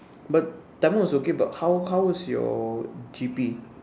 but Tamil was okay but how how was your G_P